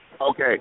Okay